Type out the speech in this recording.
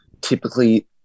typically